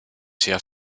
sehr